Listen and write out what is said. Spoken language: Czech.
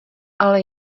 ale